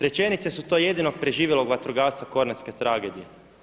Rečenice su to jedinog preživjelog vatrogasca Kornatske tragedije.